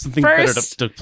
first